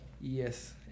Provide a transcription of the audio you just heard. Yes